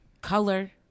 color